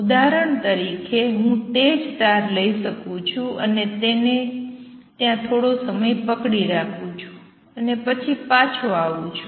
ઉદાહરણ તરીકે હું તે જ તાર લઈ શકું છું અને તેને ત્યાં થોડો સમય પકડી રાખી છું અને પછી પાછો આવું છું